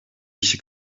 kişi